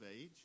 age